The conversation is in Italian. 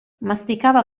masticava